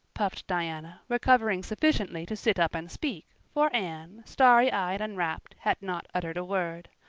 puffed diana, recovering sufficiently to sit up and speak, for anne, starry eyed and rapt, had not uttered a word.